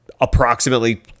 approximately